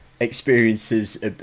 experiences